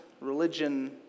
religion